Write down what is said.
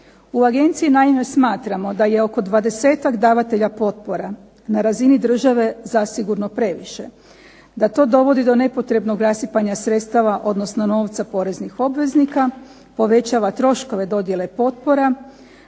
U Agenciji naime smatramo da je oko 20-ak davatelja potpora na razini države zasigurno previše. Da to dovodi do nepotrebnog rasipanja sredstava, odnosno novca poreznih obveznika, povećava troškove dodjele potpora